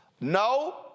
no